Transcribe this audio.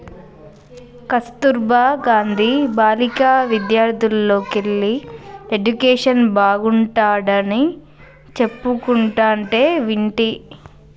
కస్తుర్బా గాంధీ బాలికా విద్యాలయల్లోకెల్లి ఎడ్యుకేషన్ బాగుంటాడని చెప్పుకుంటంటే వింటి